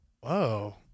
Whoa